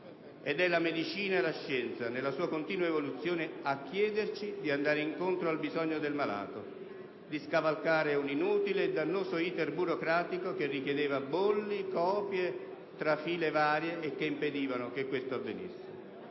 Sono la medicina e la scienza, nella loro continua evoluzione, a chiederci di andare incontro al bisogno del malato, di scavalcare un inutile e dannoso *iter* burocratico che richiedeva bolli, copie e trafile varie. Colleghi, questa